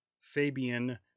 Fabian